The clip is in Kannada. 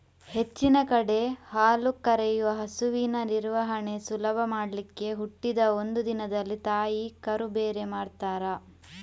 ಹೆಚ್ಚಿನ ಕಡೆ ಹಾಲು ಕರೆಯುವ ಹಸುವಿನ ನಿರ್ವಹಣೆ ಸುಲಭ ಮಾಡ್ಲಿಕ್ಕೆ ಹುಟ್ಟಿದ ಒಂದು ದಿನದಲ್ಲಿ ತಾಯಿ ಕರು ಬೇರೆ ಮಾಡ್ತಾರೆ